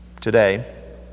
today